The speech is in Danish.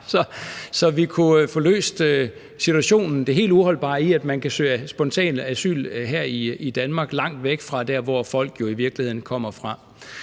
så vi kan få løst situationen og det helt uholdbare i, at man spontant kan søge asyl her i Danmark langt væk fra der, hvor folk jo i virkeligheden kommer fra.